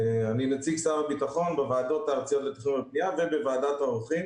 אני נציג שר הביטחון בוועדות הארציות לתכנון ובנייה ובוועדת העורכים